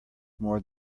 more